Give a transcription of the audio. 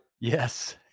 Yes